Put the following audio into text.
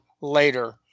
later